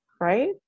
Right